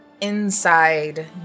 inside